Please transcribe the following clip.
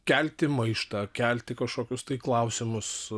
kelti maištą kelti kažkokius tai klausimus